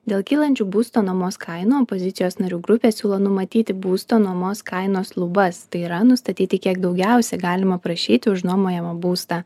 dėl kylančių būsto nuomos kainų opozicijos narių grupė siūlo numatyti būsto nuomos kainos lubas tai yra nustatyti kiek daugiausiai galima prašyti už nuomojamą būstą